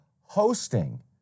hosting